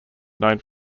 known